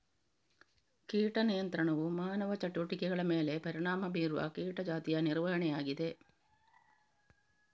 ಕೀಟ ನಿಯಂತ್ರಣವು ಮಾನವ ಚಟುವಟಿಕೆಗಳ ಮೇಲೆ ಪರಿಣಾಮ ಬೀರುವ ಕೀಟ ಜಾತಿಯ ನಿರ್ವಹಣೆಯಾಗಿದೆ